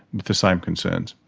with the same concerns.